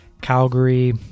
Calgary